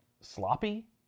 sloppy